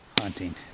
hunting